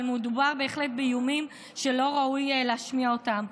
אבל מדובר בהחלט באיומים שלא ראוי להשמיע אותם.